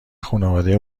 خونواده